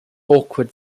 awkward